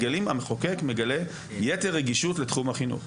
המחוקק מגלה יתר רגישות לתחום החינוך.